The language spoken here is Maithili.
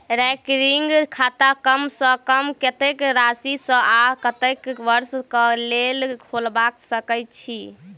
रैकरिंग खाता कम सँ कम कत्तेक राशि सऽ आ कत्तेक वर्ष कऽ लेल खोलबा सकय छी